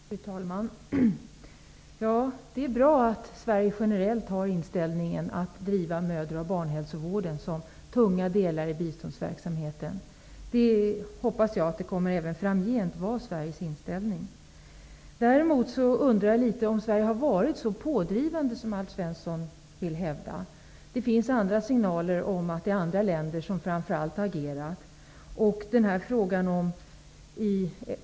Fru talman! Det är bra att Sverige generellt har inställningen att man skall driva mödra och barnhälsovården som tunga delar i biståndsverksamheten. Jag hoppas att det även framgent kommer att vara Sveriges inställning. Däremot undrar jag om Sverige har varit så pådrivande som Alf Svensson vill hävda. Det finns andra signaler om att det är framför allt andra länder som har agerat.